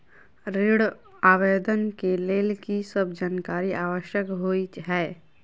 ऋण आवेदन केँ लेल की सब जानकारी आवश्यक होइ है?